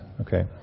Okay